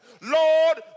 Lord